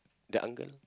the uncle